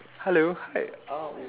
hello hi um